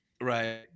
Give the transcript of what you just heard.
Right